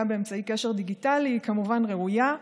באמצעי קשר דיגיטלי היא כמובן ראויה,